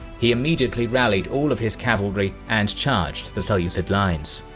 he immediately rallied all of his cavalry and charged the seleucid lines.